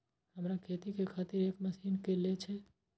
हमरा खेती के खातिर एक मशीन ले के छे?